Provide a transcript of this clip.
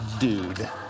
dude